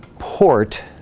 port